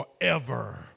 forever